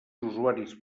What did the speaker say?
usuaris